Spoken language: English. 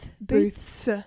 booths